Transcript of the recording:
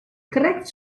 krekt